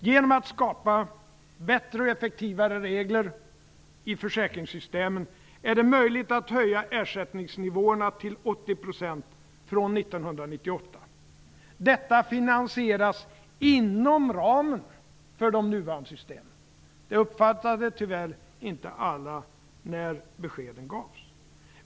Genom att det skapas bättre och effektivare regler i försäkringssystemen är det möjligt att höja ersättningsnivåerna till 80 % från 1998. Detta finansieras inom ramen för de nuvarande systemen. Det uppfattade tyvärr inte alla när beskeden gavs.